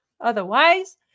Otherwise